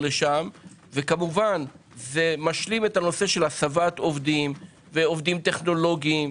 וכמובן זה משלים את הנושא של הסבת עובדים ועובדים טכנולוגיים.